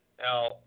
Now